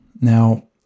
now